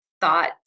thought